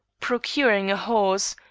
procuring a horse,